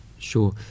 Sure